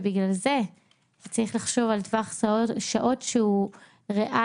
ובגלל זה צריך לחשוב על טווח שעות שהוא ריאלי,